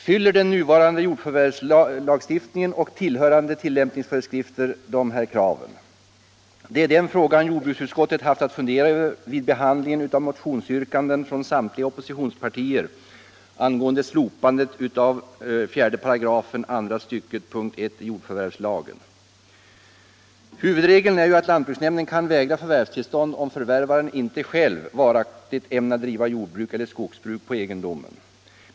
Fyller den nuvarande jordförvärvslagstiftningen och tillhörande tilllämpningsföreskrifter dessa krav? Det är den frågan jordbruksutskottet haft att fundera över vid behandlingen av motionsyrkanden från samtliga oppositionspartier angående slopandet av 4 § andra stycket p. 1 i jordförvärvslagen. Huvudregel är att lantbruksnämnden kan vägra förvärvstillstånd om förvärvaren inte själv varaktigt ämnar driva jordbruk eller skogsbruk på egendomen.